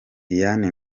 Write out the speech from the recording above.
diane